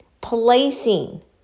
placing